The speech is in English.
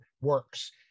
works